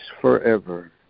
forever